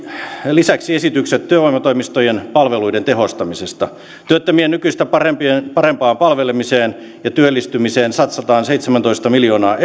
lisäksi esitykset työvoimatoimistojen palveluiden tehostamisesta työttömien nykyistä parempaan palvelemiseen ja työllistymiseen satsataan seitsemäntoista miljoonaa